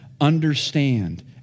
understand